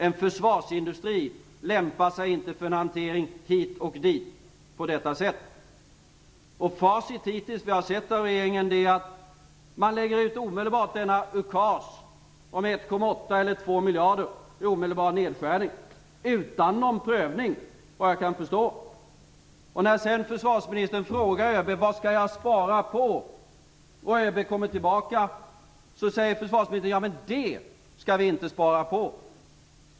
En försvarsindustri lämpar sig inte för en hantering hit och dit på detta sätt. Facit hittills av det vi sett av regeringen är att man omedelbart lägger ut denna ukas om 1,8 eller 2 miljarder i omedelbara nedskärningar, utan prövning såvitt jag kan förstå. Sedan frågar försvarsministern ÖB: Vad skall jag spara på? ÖB kommer tillbaka, och då säger försvarsministern: Ja, men det skall vi inte spara på.